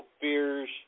fears